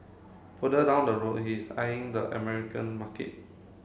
further down the road he is eyeing the American market